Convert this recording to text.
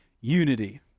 unity